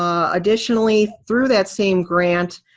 um additionally through that same grant,